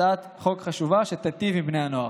הצעת חוק חשובה שתיטיב עם בני הנוער.